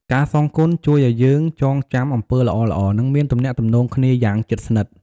ការសងគុណជួយអោយយើងចងចាំអំពើល្អៗ និងមានទំនាក់ទំនងគ្នាយ៉ាងជិតស្និត។